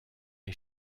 est